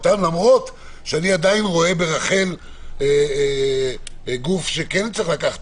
למרות שאני עדיין רואה ברח"ל גוף שכן צריך לקחת